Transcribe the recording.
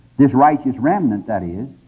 this righteous remnant, that is,